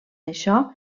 això